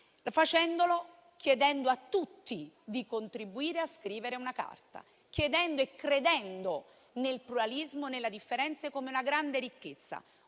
spalle, chiedendo a tutti di contribuire a scrivere una Carta, chiedendo e credendo nel pluralismo e nelle differenze come una grande ricchezza.